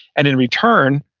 and in return,